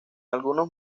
algunos